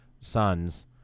sons